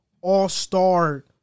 all-star